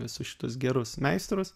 visus šituos gerus meistrus